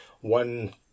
one